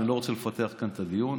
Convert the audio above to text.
אני לא רוצה לפתח כאן את הדיון.